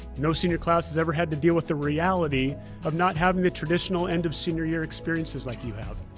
no senior class has ever had to deal with the reality of not having the traditional end-of-senior-year experiences like you have.